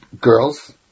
girls